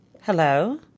Hello